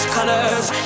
colors